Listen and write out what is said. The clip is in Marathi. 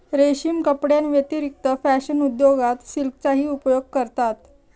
रेशीम कपड्यांव्यतिरिक्त फॅशन उद्योगात सिल्कचा उपयोग करतात